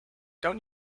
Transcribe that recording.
don’t